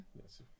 Yes